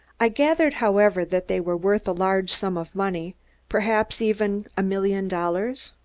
i gathered, however, that they were worth a large sum of money perhaps, even a million dollars?